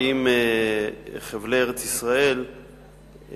האם חבלי ארץ-ישראל,